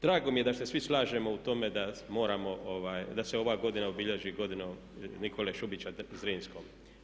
Drago mi je da se svi slažemo u tome da moramo, da se ova godina obilježi godinom Nikole Šubića Zrinskog.